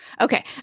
Okay